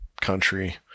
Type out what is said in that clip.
country